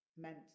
meant